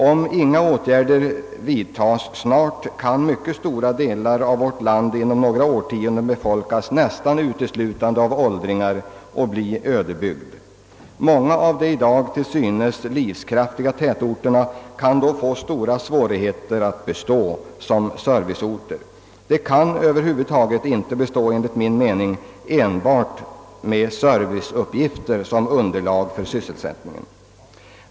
Om inga åtgärder vidtas snart, kan mycket stora delar av vårt land inom något årtionde befolkas nästan uteslutande av åldringar och bli ödebygd. Många av de i dag till synes livskraftiga tätorterna kan då få stora svårigheter att bestå som serviceorter. De kan enligt min mening över huvud taget inte bestå enbart med serviceuppgifter som underlag för sysselsättningen.